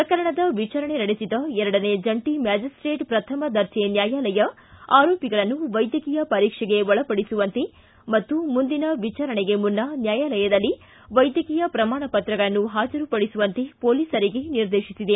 ಪ್ರಕರಣದ ವಿಚಾರಣೆ ನಡೆಸಿದ ಎರಡನೇ ಜಂಟಿ ಮ್ಯಾಬಿಸ್ಟೇಟ್ ಪ್ರಥಮ ದರ್ಜೆ ನ್ಯಾಯಾಲಯ ಆರೋಪಿಗಳನ್ನು ವೈದ್ಯಕೀಯ ಪರೀಕ್ಷೆಗೆ ಒಳಪಡಿಸುವಂತೆ ಮತ್ತು ಮುಂದಿನ ವಿಚಾರಣೆಗೆ ಮುನ್ನ ನ್ಯಾಯಾಲಯದಲ್ಲಿ ವೈದ್ಯಕೀಯ ಪ್ರಮಾಣ ಪತ್ರಗಳನ್ನು ಹಾಜರುಪಡಿಸುವಂತೆ ಪೊಲೀಸರಿಗೆ ನಿರ್ದೇಶಿಸಿದೆ